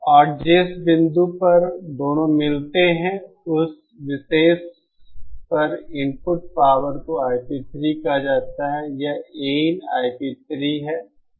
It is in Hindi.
और जिस बिंदु पर दोनों मिलते हैं उस विशेष पर इनपुट पावर को IP3 कहा जाता है यह AinIP3 है यह Ip है